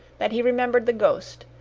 that he remembered the ghost,